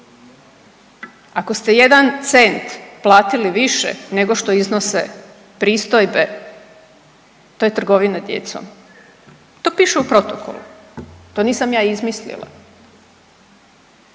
Ako ste jedan cent platili više nego što iznose pristojbe to je trgovina djecom. To piše u protokolu, to nisam ja izmislila.